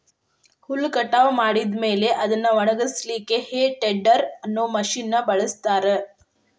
ಹುಲ್ಲ್ ಕಟಾವ್ ಮಾಡಿದ ಮೇಲೆ ಅದ್ನ ಒಣಗಸಲಿಕ್ಕೆ ಹೇ ಟೆಡ್ದೆರ್ ಅನ್ನೋ ಮಷೇನ್ ನ ಬಳಸ್ತಾರ